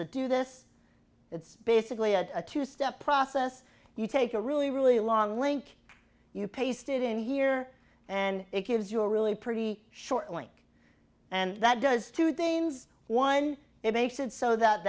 to do this it's basically a two step process you take a really really long link you pasted in here and it gives you a really pretty shortly and that does two things one it makes it so that